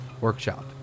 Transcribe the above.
workshop